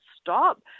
stop